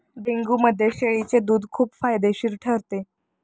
डेंग्यूमध्ये शेळीचे दूध खूप फायदेशीर ठरते